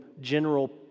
general